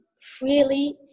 freely